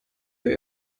für